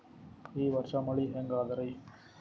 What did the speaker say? ಈ ವರ್ಷ ಮಳಿ ಹೆಂಗ ಅದಾರಿ?